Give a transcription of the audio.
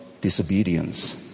disobedience